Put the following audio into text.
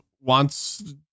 wants